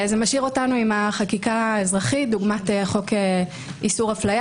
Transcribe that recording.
זה משאיר אותנו עם החקיקה האזרחית דוגמת חוק איסור אפליה